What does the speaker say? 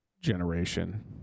generation